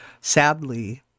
sadly